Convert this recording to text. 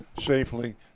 safely